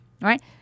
Right